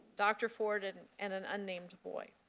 dr. ford and an unnamed boy.